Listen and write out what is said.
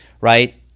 right